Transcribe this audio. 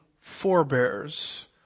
forebears